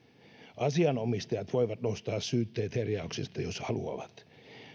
asianomistajat voivat nostaa syytteet herjauksesta jos haluavat